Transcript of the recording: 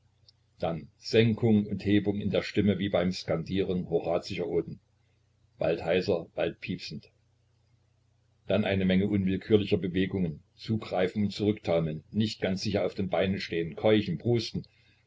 dann senkungen und hebungen in der stimme wie beim skandieren horazischer oden bald heiser bald piepsend dann eine menge unwillkürlicher bewegungen zugreifen und zurücktaumeln nicht ganz sicher auf den beinen stehen keuchen und prusten